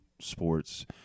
sports